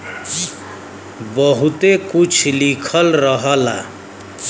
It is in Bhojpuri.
बहुते कुछ लिखल रहला